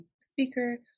speaker